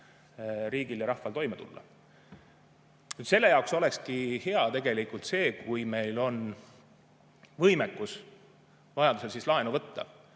riigil ja rahval toime tulla. Selle jaoks ongi tegelikult hea see, kui meil on võimekus vajadusel laenu võtta.